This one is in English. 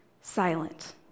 silent